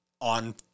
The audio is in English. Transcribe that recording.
on